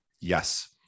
Yes